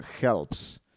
helps